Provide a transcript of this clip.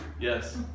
Yes